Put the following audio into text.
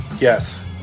Yes